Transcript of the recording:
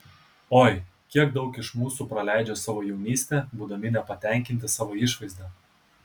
oi kiek daug iš mūsų praleidžia savo jaunystę būdami nepatenkinti savo išvaizda